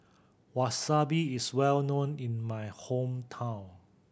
wasabi is well known in my hometown